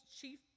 chief